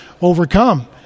overcome